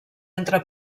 entre